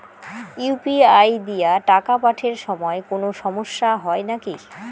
UPI দিয়া টাকা পাঠের সময় কোনো সমস্যা হয় নাকি?